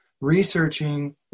researching